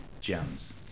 gems